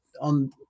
on